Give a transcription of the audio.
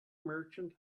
merchant